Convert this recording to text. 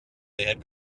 had